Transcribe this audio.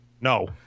No